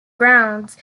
grounds